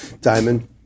diamond